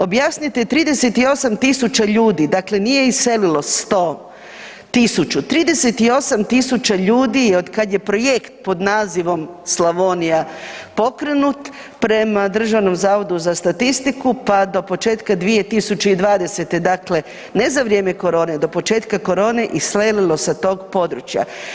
Objasnite 38.000 ljudi dakle nije iselilo 100, 1.000, 38.000 ljudi od kada je projekt pod nazivom Slavonija pokrenut prema Državnom zavodu za statistiku pa do početka 2020., dakle ne za vrijeme korone, do početka korone iselilo sa tog područja.